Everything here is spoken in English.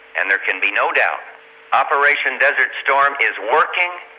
and there can be no doubt operation desert storm is working.